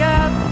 up